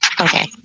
okay